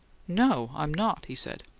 no, i'm not, he said.